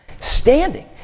Standing